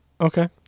okay